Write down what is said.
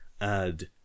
add